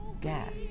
gas